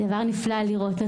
דבר נפלא לראות את זה.